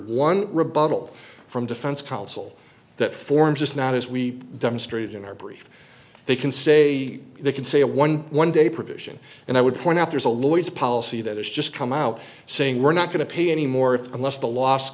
one rebuttal from defense counsel that form just not as we demonstrated in our brief they can say they can say a one one day provision and i would point out there's a lawyer policy that has just come out saying we're not going to pay any more unless the los